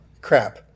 crap